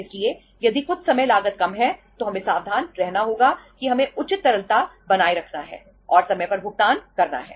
इसलिए यदि कुछ समय लागत कम है तो हमें सावधान रहना होगा कि हमें उचित तरलता बनाए रखना है और समय पर भुगतान करना है